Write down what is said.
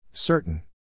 Certain